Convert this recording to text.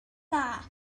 dda